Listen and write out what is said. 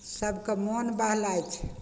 सबके मोन बहलाय छै